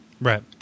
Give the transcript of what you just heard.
Right